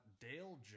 Dale